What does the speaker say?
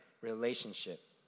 relationship